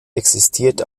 existiert